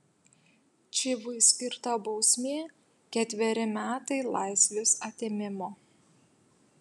čivui skirta bausmė ketveri metai laisvės atėmimo